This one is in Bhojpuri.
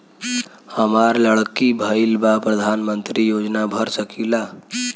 हमार लड़की भईल बा प्रधानमंत्री योजना भर सकीला?